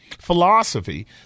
philosophy